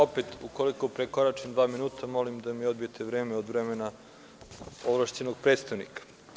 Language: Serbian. Opet ukoliko prekoračim dva minuta molim da mi odbijete vreme od vremena ovlašćenog predstavnika.